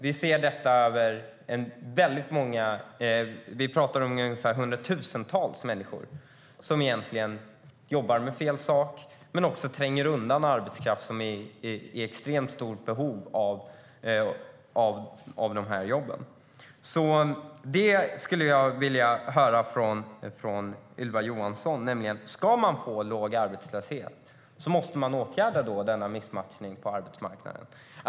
Vi talar om hundratusentals människor som egentligen jobbar med fel sak men också tränger undan arbetskraft som är i extremt stort behov av de jobben. Jag skulle vilja höra mer om det från Ylva Johansson. Ska man få låg arbetslöshet måste man åtgärda denna missmatchning på arbetsmarknaden.